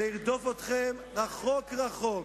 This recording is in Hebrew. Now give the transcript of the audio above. זה ירדוף אתכם רחוק רחוק.